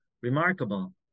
remarkable